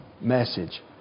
message